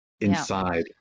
inside